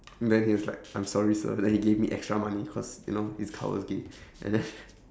then he was like I'm sorry sir then he gave me extra money cause you know his car was gay and then